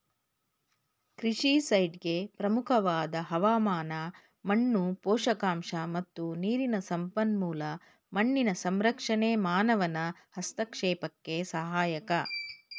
ಕೃಷಿ ಸೈಟ್ಗೆ ಪ್ರಮುಖವಾದ ಹವಾಮಾನ ಮಣ್ಣು ಪೋಷಕಾಂಶ ಮತ್ತು ನೀರಿನ ಸಂಪನ್ಮೂಲ ಮಣ್ಣಿನ ಸಂರಕ್ಷಣೆ ಮಾನವನ ಹಸ್ತಕ್ಷೇಪಕ್ಕೆ ಸಹಾಯಕ